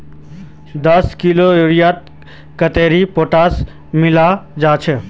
दस किलोग्राम यूरियात कतेरी पोटास मिला हाँ?